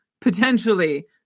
potentially